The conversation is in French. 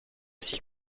six